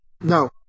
No